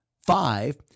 five